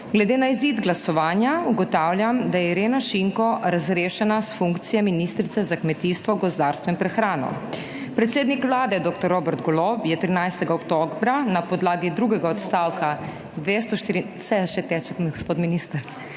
Glede na izid glasovanja, ugotavljam, da je Irena Šinko razrešena s funkcije ministrice za kmetijstvo, gozdarstvo in prehrano. Predsednik Vlade dr. Robert Golob je 13. oktobra na podlagi 2. odstavka ...